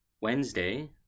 Wednesday